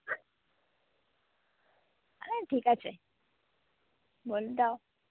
আরে ঠিক আছে বল দাও